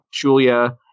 Julia